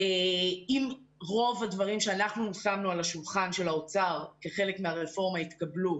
אילו רוב הדברים שאנחנו שמנו על השולחן של האוצר כחלק מהרפורמה יתקבלו,